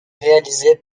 réalisé